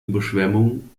überschwemmung